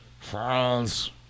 France